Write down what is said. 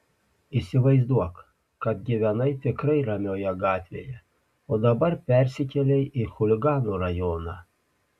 įsivaizduok kad gyvenai tikrai ramioje gatvėje o dabar persikėlei į chuliganų rajoną